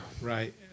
Right